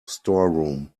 storeroom